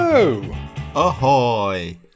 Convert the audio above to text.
Ahoy